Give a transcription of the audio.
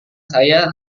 saya